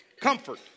Comfort